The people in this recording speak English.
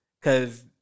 Cause